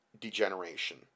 degeneration